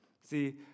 See